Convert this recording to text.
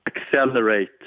accelerate